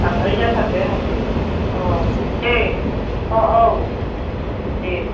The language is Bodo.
बांद्राय जाथारदों अह दे अह औ दे